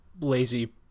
lazy